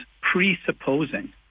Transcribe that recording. presupposing